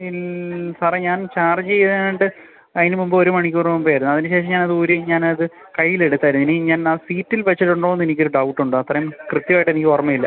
ഇല്ല സാറേ ഞാൻ ചാർജ് ചെയ്യാനായിട്ട് അതിന് മുൻപ് ഒരു മണിക്കൂറ് മുമ്പായിരുന്നു അതിന് ശേഷം ഞാൻ അതൂരി ഞാനത് കയ്യിലെടുത്തായിരുന്നു ഇനി ഞാനാ സീറ്റിൽ വെച്ചിട്ടുണ്ടോന്ന് എനിക്കൊരു ഡൗട്ടുണ്ടത്രയും കൃത്യമായിട്ടെനിക്ക് ഓർമ്മയില്ല